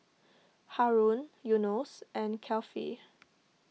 Haron Yunos and Kefli